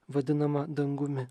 vadinamą dangumi